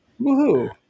Woohoo